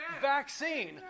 Vaccine